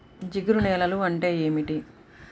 జిగురు నేలలు అంటే ఏమిటీ?